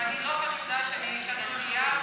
ואני לא חשודה שאני אישה דתייה,